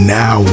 now